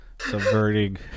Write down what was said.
subverting